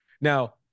now